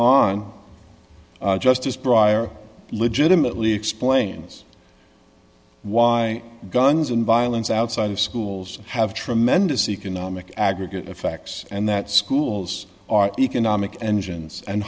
on justice briar legitimately explains why guns and violence outside of schools have tremendous economic aggregate effects and that schools are economic engines and